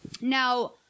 Now